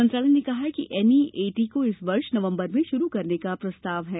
मंत्रालय ने कहा कि एनईएटी को इस वर्ष नवम्बर में शुरू करने का प्रस्ताव है